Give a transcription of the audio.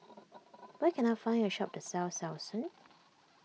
where can I find a shop that sells Selsun